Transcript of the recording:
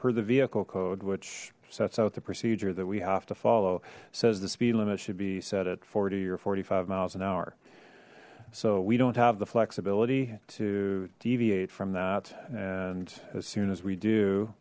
do the vehicle code which sets out the procedure that we have to follow says the speed limit should be set at forty or forty five miles an hour so we don't have the flexibility to deviate from that and as soon as we do